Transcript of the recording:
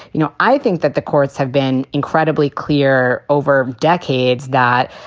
you know, i think that the courts have been incredibly clear over decades that,